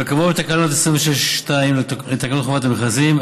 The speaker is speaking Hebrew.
כקבוע בתקנה 26(2) לתקנות חובת המכרזים,